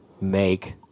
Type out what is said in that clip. make